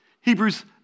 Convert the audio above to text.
Hebrews